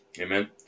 Amen